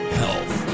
health